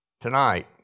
tonight